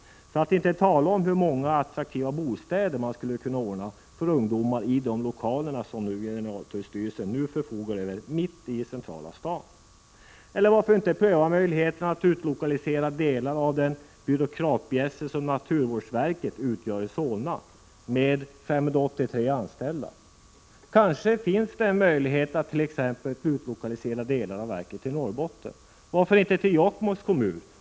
För att inte tala om hur många attraktiva bostäder man skulle kunna ordna för ungdomar i de lokaler som generaltullstyrelsen nu förfogar över mitt i centrala stan. Eller, varför inte pröva möjligheten att utlokalisera delar av den byråkratbjässe som naturvårdsverket med 583 anställda utgör i Solna? Kanske finns det en möjlighet att t.ex. utlokalisera delar av verket till Norrbotten. Varför inte till Jokkmokks kommun?